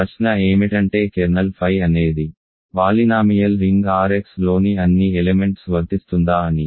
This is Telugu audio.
కాబట్టి ప్రశ్న ఏమిటంటే కెర్నల్ ఫై అనేది పాలినామియల్ రింగ్ R x లోని అన్ని ఎలెమెంట్స్ వర్తిస్తుందా అని